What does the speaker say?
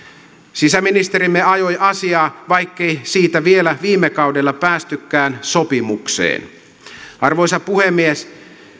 sisäministerimme ajoi asiaa vaikkei siitä vielä viime kaudella päästykään sopimukseen arvoisa puhemies